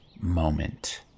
moment